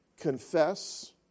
confess